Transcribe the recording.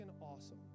awesome